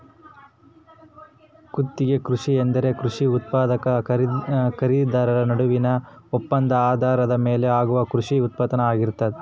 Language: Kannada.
ಗುತ್ತಿಗೆ ಕೃಷಿ ಎಂದರೆ ಕೃಷಿ ಉತ್ಪಾದಕ ಖರೀದಿದಾರ ನಡುವಿನ ಒಪ್ಪಂದದ ಆಧಾರದ ಮೇಲೆ ಆಗುವ ಕೃಷಿ ಉತ್ಪಾನ್ನ ಆಗಿರ್ತದ